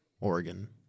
Oregon